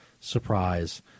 Surprise